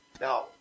now